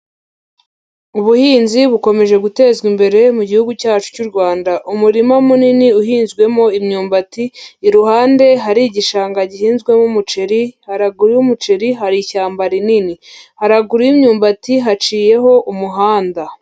Ubuhinzi bukomeje gutezwa imbere mu gihugu cyacu cy'u Rwanda, umurima munini uhinzwemo imyumbati, iruhande hari igishanga gihinzwemo umuceri, haraguru y'umuceri hari ishyamba rinini haragura y'imyumbati haciyeho umuhanda.